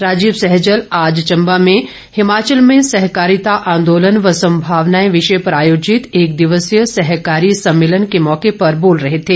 राजीव सैजल आज चंबा में हिमाचल में सहकारिता आंदोलन व संभावनाएं विषय पर आयोजित एक दिवसीय सहकारी सम्मेलन के मौके पर बोल रहे थे